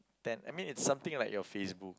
ten I mean it's something like your Facebook